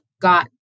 got